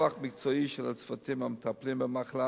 פיתוח מקצועי של הצוותים המטפלים במחלה